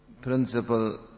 principle